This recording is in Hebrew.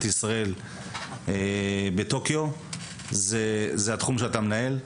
ישראל בטוקיו נשען על התחום שדני מנהל.